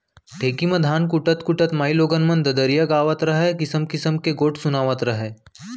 ढेंकी म धान कूटत कूटत माइलोगन मन ददरिया गावत रहयँ, किसिम किसिम के गोठ सुनातव रहयँ